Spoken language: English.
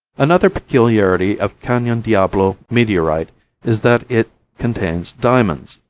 another peculiarity of canon diablo meteorite is that it contains diamonds.